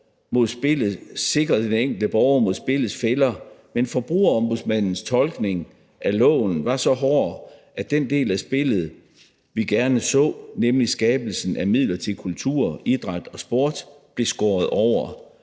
sikret den enkelte borger mod spillets fælder, men Forbrugerombudsmandens tolkning af loven var så streng, at adgangen til den del af spillet, vi gerne så, nemlig skabelsen af midler til kultur, idræt og sport, blev skåret over.